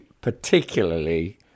particularly